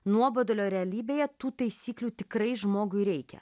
nuobodulio realybėje tų taisyklių tikrai žmogui reikia